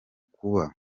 kuba